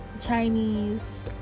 Chinese